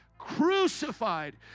crucified